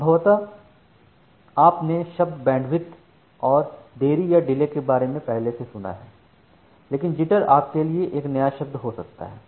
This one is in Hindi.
संभवतः आपने शब्द बैंडविड्थऔर देरी या डिले के बारे में पहले सुना है लेकिन जिटर आपके लिए एक नया शब्द हो सकता है